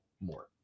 more